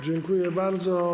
Dziękuję bardzo.